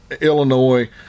Illinois